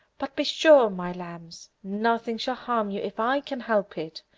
but be sure, my lambs, nothing shall harm you if i can help it,